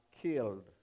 killed